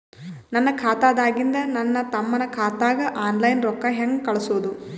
ನನ್ನ ಖಾತಾದಾಗಿಂದ ನನ್ನ ತಮ್ಮನ ಖಾತಾಗ ಆನ್ಲೈನ್ ರೊಕ್ಕ ಹೇಂಗ ಕಳಸೋದು?